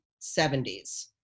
70s